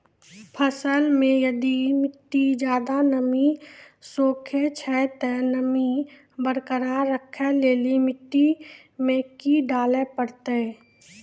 फसल मे यदि मिट्टी ज्यादा नमी सोखे छै ते नमी बरकरार रखे लेली मिट्टी मे की डाले परतै?